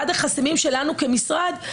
אחד החסמים שלנו כמשרד,